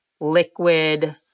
liquid